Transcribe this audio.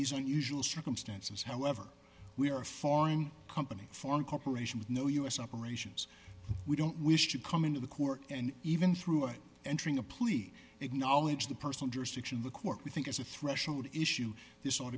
these unusual circumstances however we are a foreign company foreign corporation with no us operations we don't wish to come into the court and even through it entering a plea acknowledge the person jurisdiction the court we think is a threshold issue this ought